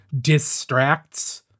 distracts